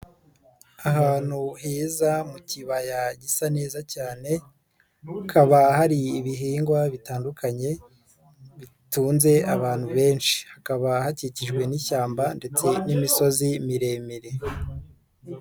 Ahantu heza mu kibaya gisa neza cyane hakaba hari ibihingwa bitandukanye bitunze abantu benshi, hakaba hakikijwe n'ishyamba ndetse n'imisozi miremire.